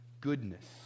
goodness